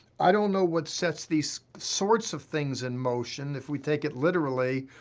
i don't know what sets these sorts of things in motion. if we take it literally,